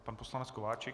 Pan poslanec Kováčik.